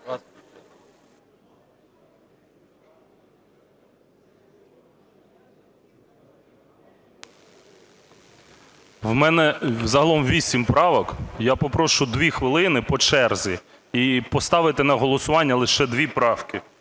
У мене загалом вісім правок. Я попрошу 2 хвилини по черзі і поставити на голосування лише дві правки: